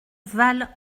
val